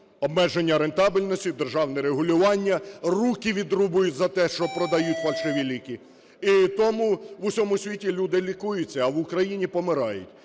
обмеження рентабельності, державне регулювання, руки відрубують за те, що продають фальшиві ліки. І тому в усьому світі люди лікуються, а в Україні помирають,